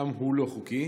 שם הוא לא חוקי.